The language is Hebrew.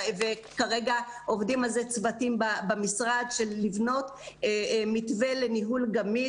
כרגע עובדים במשרד צוותים על לבנות מתווה לניהול גמיש,